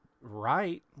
right